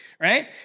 right